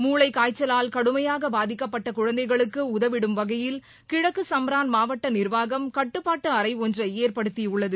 மூளை காய்ச்சலால் கடுமையாக பாதிக்கப்பட்ட குழந்தைகளுக்கு உதவிடும் வகையில் கிழக்கு சம்ரான் மாவட்ட நிர்வாகம் கட்டுப்பாட்டு அறை ஒன்றை ஏற்படுத்தியுள்ளது